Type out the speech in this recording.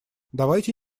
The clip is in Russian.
давайте